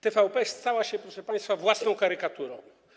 TVP stała się, proszę państwa, własną karykaturą.